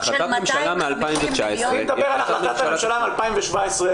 בהחלטת ממשלה מ-2019 --- אני מדבר על החלטת הממשלה מ-2017,